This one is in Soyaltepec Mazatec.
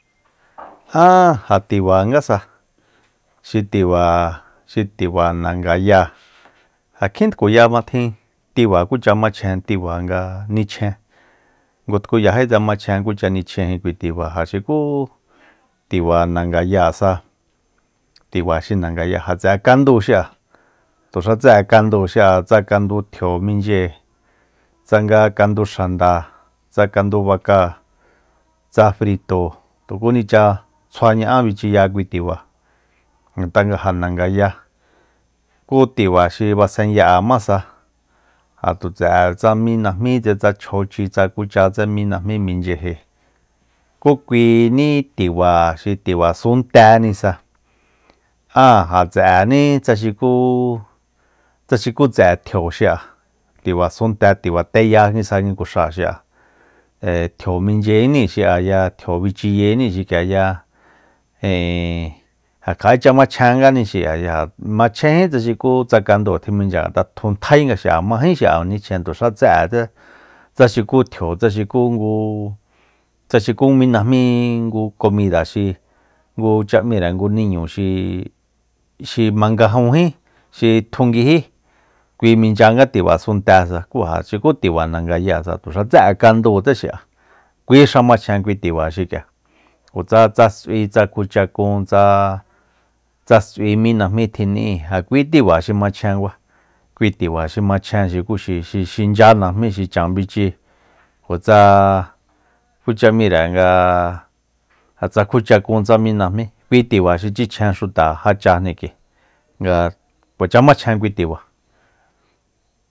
Aa ja tiba ngasa xi tiba xi tiba nangaya ja kji tkuya nga tjin tiba kucha machjen tiba nga nichjen ngu tkuyajítse machjen kucha nichjen kui tiba ja xuku tiba nangayasa tiba xi nangaya ja tseꞌe kandu xiꞌa tuxa tseꞌe kandu xiꞌa tsa kandu tjio minche tsanga kandu xanda tsa kandu baka tsa frito tukunicha tsjua ñaꞌan bichiya kui tiba ngatꞌa ja nangaya kú tiba xi basenyaꞌemása ja tu tseꞌe tsa mi najmi tse tsa chjochi tsa kucha tse mi najmi mincheji kú kuini tiba xi tibasuntenisa aa ja tseꞌeni tsa xuku tsa xuku tseꞌe tjio xiꞌa tibasunte tiba teya nguisa ngui nguxa xiꞌa ee tjio minchenixiꞌaya tjio bichiyeniji xikꞌiaya ijin ja kjaꞌicha machen ngani xiꞌaya machjenjí tsa xuku tsa kandu tjimincha ngatꞌa tjun tjainga xiꞌa majin xiꞌa nichjen tuxa tseꞌetse tsa xuku tjio tsa xuku ngu tsa xuku mi najmi ngu komida xi kucha ꞌmire ngu niñu xi- xi mangajunjí xi tjunguijí kui mincha nga tiba suntesa kú ja xuku tiba nangasa tuxa tseꞌe kandutse xiꞌa kui xa machjen kui tiba xikꞌia kjutsa tsa sꞌui tsa kjuchakun tsa- tsa sꞌui mi tjiniꞌi ja kui tiba xi machjen kua kui tiba xi machjen xuku xi- xi xincha najmi xi chan bichi kjutsa kucha ꞌmire nga ja tsa kjuchakun tsa mi kui tiba xi tsichjen xuta ja chajni kꞌui nga kuacha machjen kui tiba.